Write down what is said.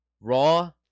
raw